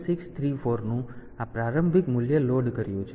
આપણે 7634 નું આ પ્રારંભિક મૂલ્ય લોડ કર્યું છે